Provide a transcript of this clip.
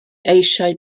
eisiau